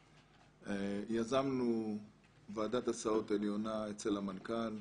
יזמנו ועדת הסעות עליונה אצל המנכ"ל,